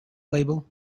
label